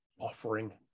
offering